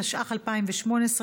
התשע"ח 2018,